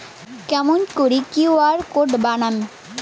কেমন করি QR code বানাম?